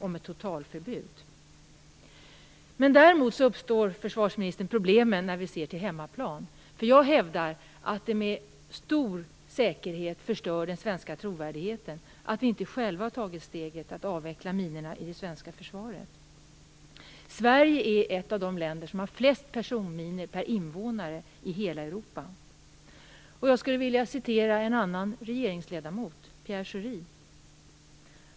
Däremot uppstår problem, försvarsministern, när vi ser till hemmaplan. Jag hävdar att det med stor säkerhet förstör den svenska trovärdigheten att vi inte själva har tagit steget att avveckla minorna i det svenska försvaret. Sverige är ett av de länder som har flest personminor per invånare i hela Europa. Jag skulle vilja citera en annan regeringsledamot, Pierre Schori.